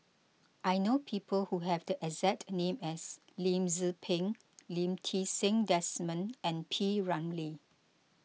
I know people who have the exact name as Lim Tze Peng Lee Ti Seng Desmond and P Ramlee